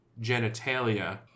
genitalia